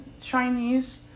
Chinese